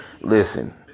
Listen